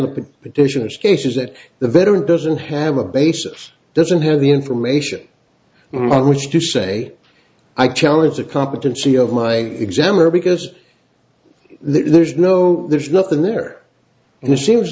the petitioners cases that the veteran doesn't have a basis doesn't have the information on which to say i challenged the competency of my exam or because there's no there's nothing there and it seems